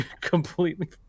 completely